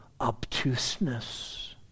obtuseness